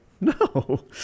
no